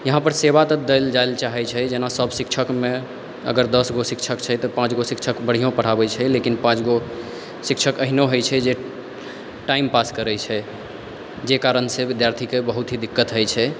यहाँपर सेवा तऽ देल जाइ ला चाहै छै जेना सब शिक्षकमे अगर दस गो शिक्षक छै तऽ पाँच गो शिक्षक बढ़ियो पढ़ाबै छै लेकिन पाँच गो शिक्षक अहिनो होइ छै जे टाइम पास करै छै जाहि कारणसँ विद्यार्थीके बहुत ही दिक्कत होइ छै